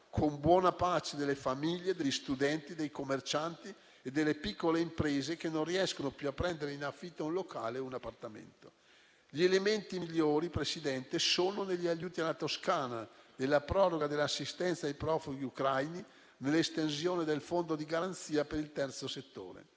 con buona pace delle famiglie, degli studenti, dei commercianti e delle piccole imprese, che non riescono più a prendere in affitto un locale o un appartamento. Gli elementi migliori, Presidente, sono negli aiuti alla Toscana, nella proroga dell'assistenza ai profughi ucraini e nell'estensione del fondo di garanzia per il terzo settore.